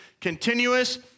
continuous